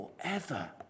forever